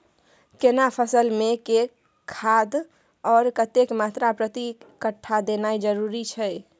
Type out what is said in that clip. केना फसल मे के खाद आर कतेक मात्रा प्रति कट्ठा देनाय जरूरी छै?